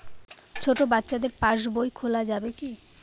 ছোট বাচ্চাদের পাশবই খোলা যাবে কি?